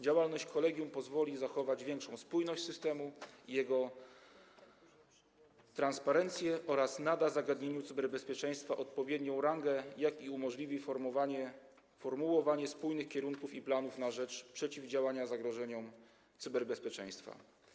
Działalność kolegium pozwoli zachować większą spójność systemu i jego transparentność, ponadto nada zagadnieniu cyberbezpieczeństwa odpowiednią rangę oraz umożliwi formułowanie spójnych kierunków i planów na rzecz przeciwdziałania zagrożeniom cyberbezpieczeństwa.